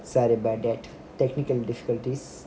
sorry about that technical difficulties